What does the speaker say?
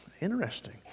Interesting